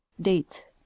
Date